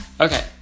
Okay